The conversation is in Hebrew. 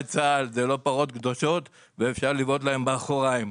צה"ל זה לא פרות קדושות ואפשר לבעוט להם באחוריים.